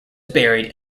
buried